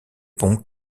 pond